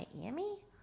Miami